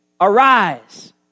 Arise